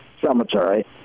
cemetery